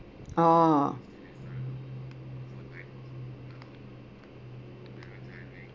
ah